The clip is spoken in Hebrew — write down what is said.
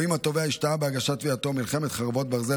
או אם התובע השתהה בהגשת תביעתו ומלחמת חרבות ברזל